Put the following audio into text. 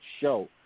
Show